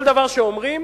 כל דבר שאומרים,